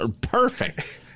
Perfect